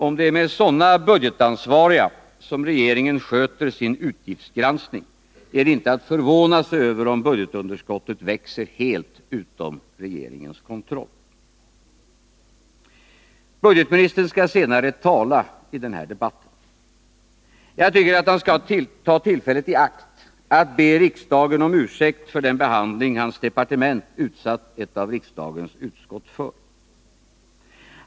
Om det är med sådana budgetansvariga, fru talman, som regeringen sköter sin utgiftsgranskning är det inte att förvåna sig över om budgetunderskottet växer helt utan regeringens kontroll. Budgetministern skall tala senare i den här debatten. Jag tycker att han skall ta tillfället i akt att be riksdagen om ursäkt för den behandling hans departement utsatt ett av riksdagens utskott för.